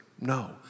No